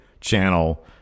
channel